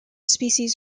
species